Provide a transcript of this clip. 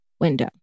window